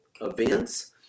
events